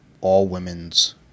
all-women's